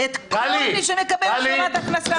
כל מי שמקבל השלמת הכנסה?